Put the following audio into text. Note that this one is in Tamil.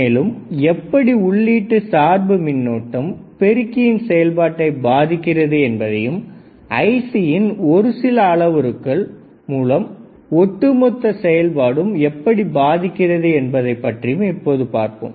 மேலும் எப்படி உள்ளீட்டு சார்பு மின்னோட்டம் பெருக்கியின் செயல்பாட்டை பாதிக்கிறது என்பதையும் ஐஸியின் ஒருசில அளவுருக்கள் மூலம் ஒட்டுமொத்த செயல்பாடும் எப்படி பாதிக்கிறது என்பதைப் பற்றியும் இப்போது பார்ப்போம்